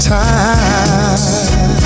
time